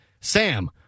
Sam